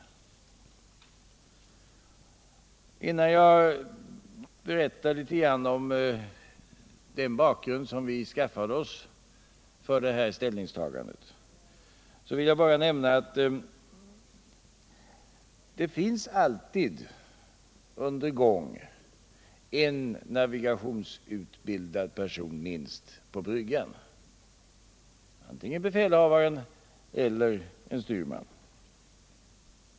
113 Innan jag berättar litet om den bakgrund som vi skaffade oss för detta ställningstagande vill jag bara nämna att det under gång alltid finns minst en navigationsutbildad person på bryggan — antingen befälhavaren eller en styrman.